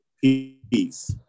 peace